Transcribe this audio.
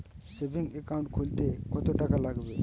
Savings account খুলতে কতটাকা লাগবে?